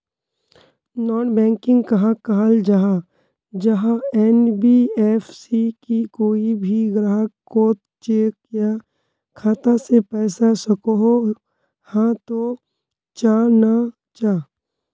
Non banking कहाक कहाल जाहा जाहा एन.बी.एफ.सी की कोई भी ग्राहक कोत चेक या खाता से पैसा सकोहो, हाँ तो चाँ ना चाँ?